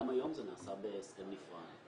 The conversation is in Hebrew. גם היום זה נעשה בהסכם נפרד.